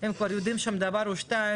הם יודעים שם כבר דבר עם שניים,